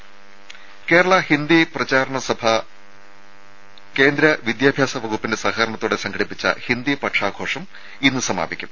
രേര കേരളാ ഹിന്ദി പ്രചാരണ സഭ കേന്ദ്ര വിദ്യാഭ്യാസ വകുപ്പിന്റെ സഹകരണത്തോടെ സംഘടിപ്പിച്ച ഹിന്ദി പക്ഷാഘോഷം ഇന്ന് സമാപിക്കും